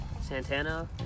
Santana